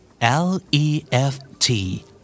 L-E-F-T